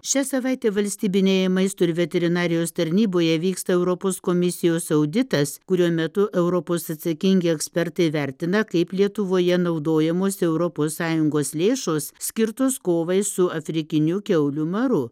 šią savaitę valstybinėje maisto ir veterinarijos tarnyboje vyksta europos komisijos auditas kurio metu europos atsakingi ekspertai vertina kaip lietuvoje naudojamos europos sąjungos lėšos skirtos kovai su afrikiniu kiaulių maru